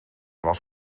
was